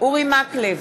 אורי מקלב,